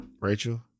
Rachel